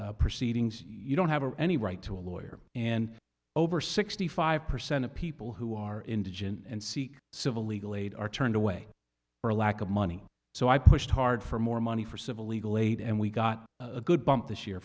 proceedings you don't have any right to a lawyer and over sixty five percent of people who are indigent and seek civil legal aid are turned away for lack of money so i pushed hard for more money for civil legal aid and we got a good bump this year